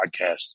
podcast